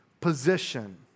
position